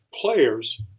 players